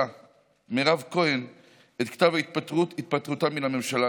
מירב כהן את כתב התפטרותה מן הממשלה,